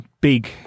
big